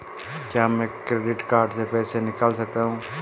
क्या मैं credit card से पैसे निकाल सकता हूँ?